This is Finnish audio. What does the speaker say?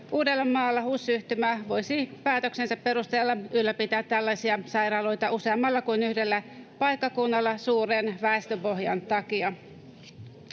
Uudellamaalla HUS-yhtymä voisi päätöksensä perusteella ylläpitää tällaisia sairaaloita useammalla kuin yhdellä paikkakunnalla suuren väestöpohjan takia.